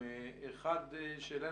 החוק הזה נוסח ברגישות מאוד גדולה לגבי